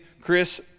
Chris